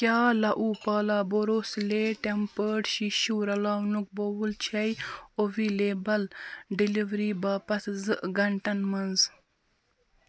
کیٛاہ لہ اوٗپالا بورو سِلیٹ ٹٮ۪مپٲرڈ شیٖشوٗ رلاونُک بَوُل چھےٚ اویلیبٕل ڈیلیوری باپتھ زٕ گھنٛٹَن منٛز